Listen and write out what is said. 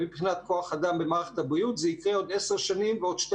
מבחינת כוח אדם במערכת הבריאות זה יקרה עוד 10 שנים ועוד